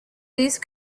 these